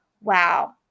wow